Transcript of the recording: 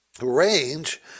range